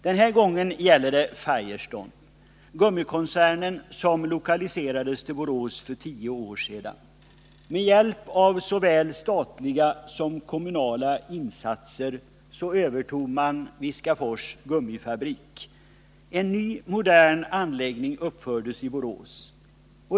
Den här gången gäller det Firestone, gummikoncernen som lokaliserades till Borås för tio år sedan. Med hjälp av såväl statliga som kommunala insatser övertog man Viskafors Gummifabrik. En ny modern anläggning uppfördes i Borås.